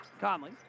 Conley